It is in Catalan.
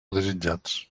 desitjats